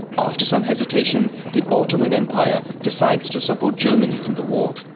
after some hesitation, the ottoman empire decides to support germany in the war.